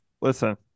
Listen